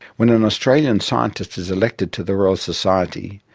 when an australian scientist is elected to the royal society,